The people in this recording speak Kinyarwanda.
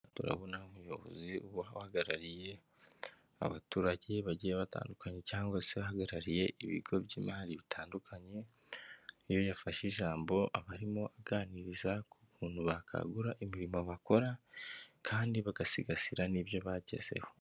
Turabona umuyobozi uba uhagarariye abaturage bagiye batandukanye cyangwa sehagarariye ibigo by'imari bitandukanye, iyo yafashe ijambo aba arimo aganiriza ku buryo bakangura imirimo bakora kandi bagasigasira n'ibyo bagezeho.